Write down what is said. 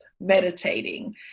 meditating